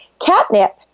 Catnip